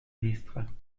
ministre